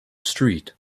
street